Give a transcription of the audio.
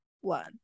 one